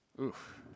Oof